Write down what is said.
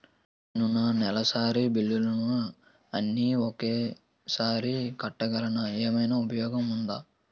నేను నా నెలసరి బిల్లులు అన్ని ఒకేసారి కట్టేలాగా ఏమైనా ఉపాయం ఉందా?